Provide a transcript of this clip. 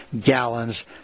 gallons